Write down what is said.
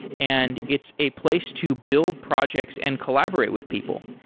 and it's a place to build projects and collaborate with people.